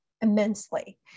immensely